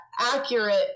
accurate